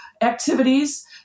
activities